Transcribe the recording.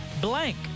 Blank